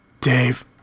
Dave